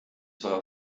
war